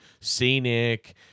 scenic